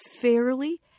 fairly